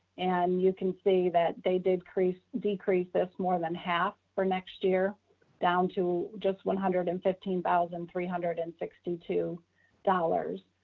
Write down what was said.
and you can see that they did crease decrease this more than half for next year down to just one hundred and fifteen thousand three hundred and sixty two dollars.